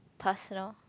personal